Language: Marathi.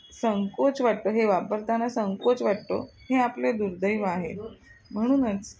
संकोच वाटतं हे वापरताना संकोच वाटतो हे आपले दुर्दैव आहे म्हणूनच